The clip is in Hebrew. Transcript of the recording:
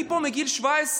אני פה מגיל 17,